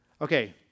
Okay